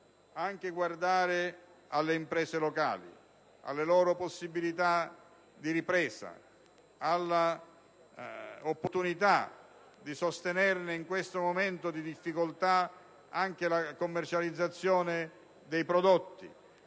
anche alle imprese locali, alle loro possibilità di ripresa, all'opportunità di sostenerle in questo momento di difficoltà con riferimento alla commercializzazione dei propri